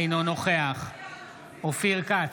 אינו נוכח אופיר כץ,